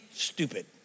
stupid